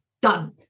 Done